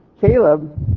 Caleb